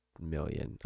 million